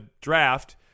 draft